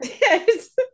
Yes